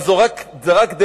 אבל זה רק דגם.